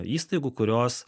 įstaigų kurios